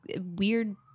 weird